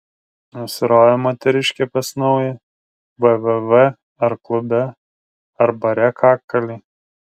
nusirovė moteriškė pas naują www ar klube ar bare kakalį